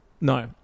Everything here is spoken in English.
No